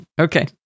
Okay